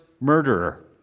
murderer